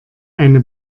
eine